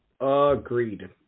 Agreed